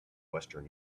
western